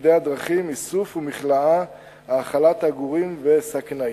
בצדי הדרכים, איסוף ומכלאה והאכלת עגורים ושקנאים.